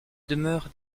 demeure